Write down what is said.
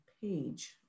page